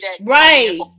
right